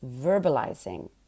verbalizing